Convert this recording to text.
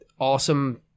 awesome